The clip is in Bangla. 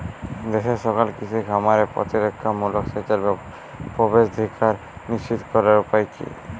দেশের সকল কৃষি খামারে প্রতিরক্ষামূলক সেচের প্রবেশাধিকার নিশ্চিত করার উপায় কি?